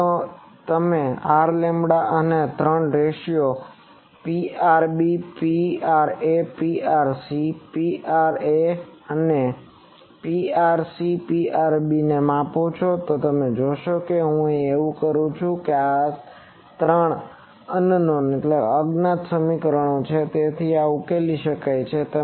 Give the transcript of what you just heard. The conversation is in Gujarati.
હવે તમે આર લેમ્બડા અને આ ત્રણ ratio Prb Pra Prc Pra અને Prc Prb ને માપો તમે જોશો કે જો હું એવું કરું છું કે આ બધું ત્રણ અન નોન અજ્ઞાતunknownમાં ત્રણ સમીકરણો છે તેથી આ ઉકેલી શકાય છે